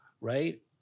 right